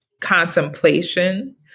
contemplation